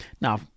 Now